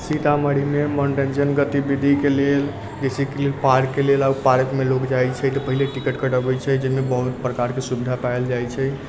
सीतामढ़ीमे मन जनगतिविधिके लेल बेसिकली पार्कके लेल ओ पार्कमे लोग जाइत छै तऽ पहिले टिकट कटाबैत छै जाहिमे बहुत प्रकारके सुविधा पाओल जाइत छै